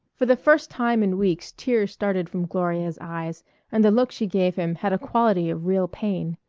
for the first time in weeks tears started from gloria's eyes and the look she gave him had a quality of real pain.